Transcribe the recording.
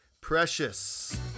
precious